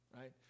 Right